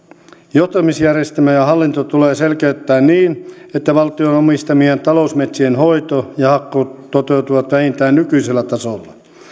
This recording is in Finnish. johtamisjärjestelmä ja hallinto tulee selkeyttää niin että valtion omistamien talousmetsien hoito ja hakkuu toteutuvat vähintään nykyisellä tasolla